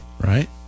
Right